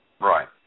Right